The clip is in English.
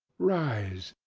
rise!